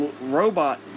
robot